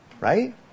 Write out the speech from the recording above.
right